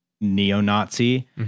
neo-Nazi